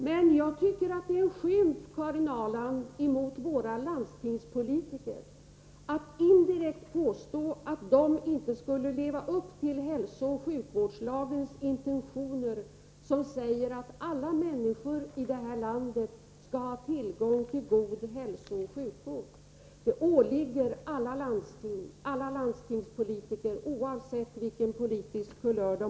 Men jag tycker, Karin Ahrland, att det är en skymf mot våra landstingspolitiker att indirekt påstå att de inte skulle leva upp till hälsooch sjukvårdslagens intentioner, som säger att alla människor i det här landet skall ha tillgång till god hälsooch sjukvård. Det åligger alla landsting och alla landstingspolitiker att sörja för detta, oavsett politisk kulör.